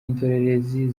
indorerezi